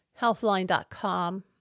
healthline.com